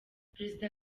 perezida